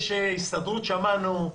את ההסתדרות שמענו.